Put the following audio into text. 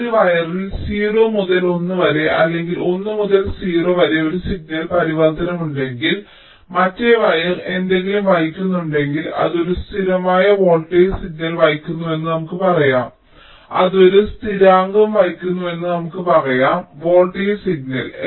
അതിനാൽ ഒരു വയറിൽ 0 മുതൽ 1 വരെ അല്ലെങ്കിൽ 1 മുതൽ 0 വരെ ഒരു സിഗ്നൽ പരിവർത്തനം ഉണ്ടെങ്കിൽ മറ്റേ വയർ എന്തെങ്കിലും വഹിക്കുന്നുണ്ടെങ്കിൽ അത് ഒരു സ്ഥിരമായ വോൾട്ടേജ് സിഗ്നൽ വഹിക്കുന്നുവെന്ന് നമുക്ക് പറയാം അത് ഒരു സ്ഥിരാങ്കം വഹിക്കുന്നുവെന്ന് നമുക്ക് പറയാം വോൾട്ടേജ് സിഗ്നൽ